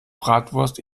bratwurst